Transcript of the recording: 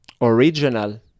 original